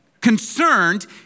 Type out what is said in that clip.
concerned